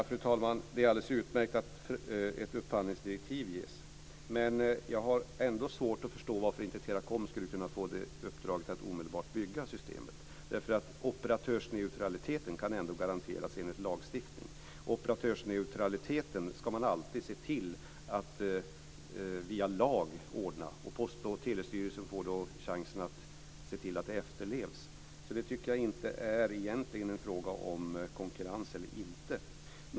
Fru talman! Det är alldeles utmärkt att ett upphandlingsdirektiv ges. Men jag har ändå svårt att förstå varför inte Teracom skulle kunna få uppdraget att omedelbart bygga systemet, eftersom operatörsneutraliteten ändå kan garanteras enligt lagstiftning. Man ska alltid se till att via lag ordna operatörsneutraliteten, och Post och telestyrelsen får då chansen att se till att det här efterlevs. Därför tycker jag egentligen inte att det är någon fråga om konkurrens eller inte.